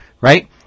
right